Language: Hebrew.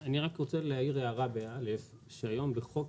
אני רק רוצה להעיר הארה ב-א' שהיום בחוק